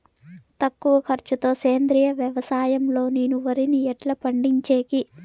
తక్కువ ఖర్చు తో సేంద్రియ వ్యవసాయం లో నేను వరిని ఎట్లా పండించేకి?